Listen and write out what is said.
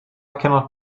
cannot